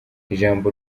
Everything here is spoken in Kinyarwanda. ijambo